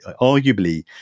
arguably